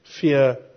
fear